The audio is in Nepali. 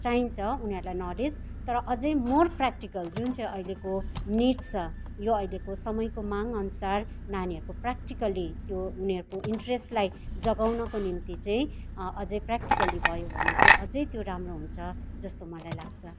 चाहिन्छ उनीहरूलाई नलेज तर अझै मोर प्राक्टिकल जुन चाहिँ अहिलेको निड्स छ यो अहिलेको समयको मागअनुसार नानीहरूको प्राक्टिकली त्यो उनीहरूको इन्ट्रेसलाई जगाउनको निम्ति चाहिँ अझै प्राक्टिकली भयो भने चाहिँ त्यो अझै राम्रो हुन्छ जस्तो मलाई लाग्छ